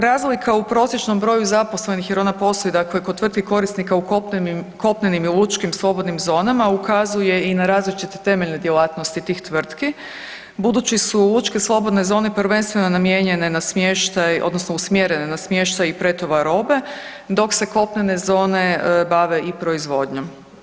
Razlika u prosječnom broju zaposlenih jer ona postoji dakle kod tvrtki korisnika u kopnenim i lučkim slobodnim zonama ukazuje i na različite temeljne djelatnosti tih tvrtki budući su lučke slobodne zone prvenstveno namijenjene na smještaj odnosno usmjerene na smještaj i pretovar robe, dok se kopnene zone bave i proizvodnjom.